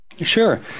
Sure